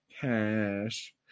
cash